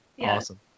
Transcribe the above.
Awesome